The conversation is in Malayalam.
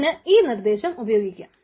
അതിന് ഈ നിർദ്ദേശം ഉപയോഗിക്കാം